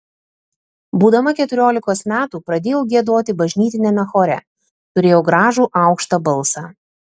būdama keturiolikos metų pradėjau giedoti bažnytiniame chore turėjau gražų aukštą balsą